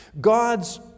God's